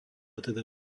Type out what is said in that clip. teda